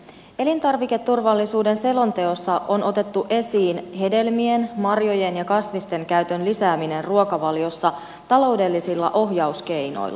elintarviketurvallisuuden selonteossa on otettu esiin hedelmien marjojen ja kasvisten käytön lisääminen ruokavaliossa taloudellisilla ohjauskeinoilla